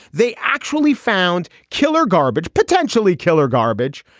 they actually found killer garbage, potentially killer garbage,